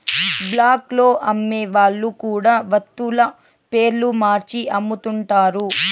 black లో అమ్మే వాళ్ళు కూడా వత్తుల పేర్లు మార్చి అమ్ముతుంటారు